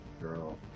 girl